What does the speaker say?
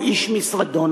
או איש משרדו,